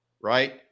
Right